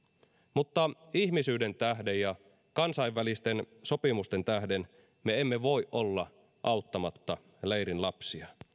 mutta ihmisyyden tähden ja kansainvälisten sopimusten tähden me emme voi olla auttamatta leirin lapsia